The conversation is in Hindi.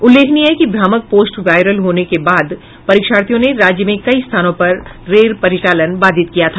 उल्लेखनीय है कि भ्रामक पोस्ट वायरल होने के बाद परीक्षार्थियों ने राज्य में कई स्थानों पर रेल परिचालन बाधित किया था